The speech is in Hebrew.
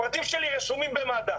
הפרטים שלי רשומים במד"א,